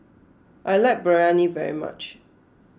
I like Biryani very much